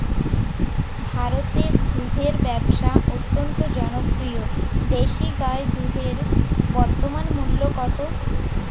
ভারতে দুধের ব্যাবসা অত্যন্ত জনপ্রিয় দেশি গাই দুধের বর্তমান মূল্য কত?